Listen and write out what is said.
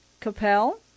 Capel